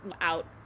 out